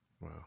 Wow